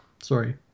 Sorry